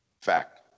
Fact